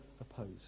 opposed